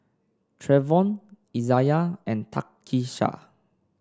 Treyvon Izayah and Takisha